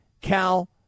Cal